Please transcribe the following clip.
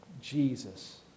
Jesus